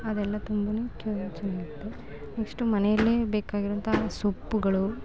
ಅದೆಲ್ಲ ತುಂಬನೇ ಕೆ ಚೆನ್ನಾಗೈತೆ ನೆಕ್ಸ್ಟ್ ಮನೆಯಲ್ಲೇ ಬೇಕಾಗಿರುವಂಥ ಸೊಪ್ಪುಗಳು